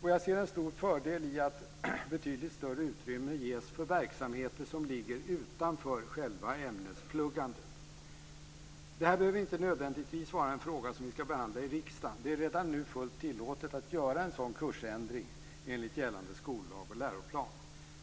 Och jag ser en stor fördel i att betydligt större utrymme ges för verksamheter som ligger utanför själva ämnespluggandet. Detta behöver inte nödvändigtvis vara en fråga som vi skall behandla i riksdagen. Det är redan nu fullt tillåtet att göra en sådan kursändring enligt gällande skollag och läroplan.